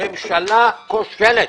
ממשלה כושלת,